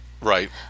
Right